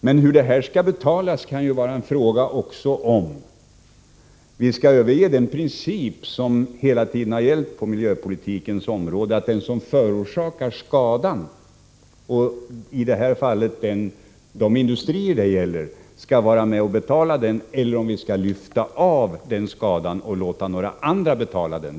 Men hur skall detta betalas? Skall vi överge den princip som hela tiden har gällt på miljöpolitikens område, nämligen att den som förorsakar skadan —i detta fall de industrier det gäller — skall vara med och betala den, eller skall vi lyfta av vederbörande ansvaret och låta några andra betala.